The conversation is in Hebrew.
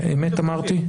אמת אמרתי?